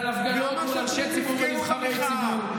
עלייה במחירי ביצים,